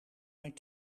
mijn